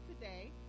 today